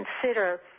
consider